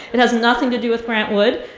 it has nothing to do with grant wood,